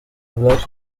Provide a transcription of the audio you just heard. black